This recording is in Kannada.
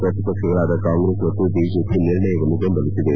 ಪ್ರತಿಪಕ್ಷಗಳಾದ ಕಾಂಗ್ರೆಸ್ ಮತ್ತು ಬಿಜೆಪಿ ನಿರ್ಣಯವನ್ನು ಬೆಂಬಲಿಸಿದೆ